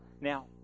Now